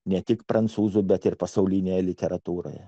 ne tik prancūzų bet ir pasaulinėje literatūroje